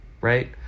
right